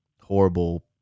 horrible